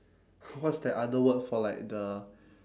what's that other word for like the